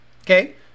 Okay